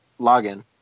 login